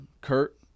Kurt